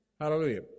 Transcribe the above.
Hallelujah